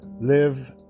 Live